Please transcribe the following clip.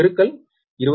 24 p